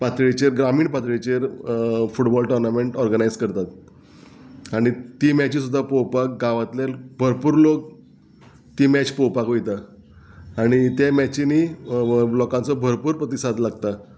पातळीचेर ग्रामीण पातळीचेर football tournament organise करतात आनी ती मॅची सुद्दां पळोवपाक गांवांतले भरपूर लोक ती मॅच पोवपाक वयता आनी ते मॅचींनी लोकांचो भरपूर प्रतिसाद लागता